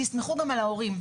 תסמכו גם על ההורים.